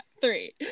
three